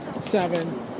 seven